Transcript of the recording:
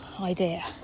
idea